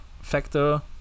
factor